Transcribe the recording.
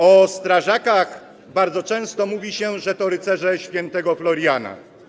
O strażakach bardzo często mówi się, że to rycerze św. Floriana.